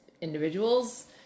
individuals